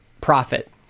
profit